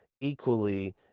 equally